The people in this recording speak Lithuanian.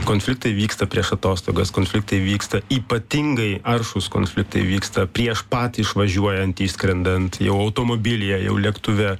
konfliktai vyksta prieš atostogas konfliktai vyksta ypatingai aršūs konfliktai vyksta prieš pat išvažiuojant išskrendant jau automobilyje jau lėktuve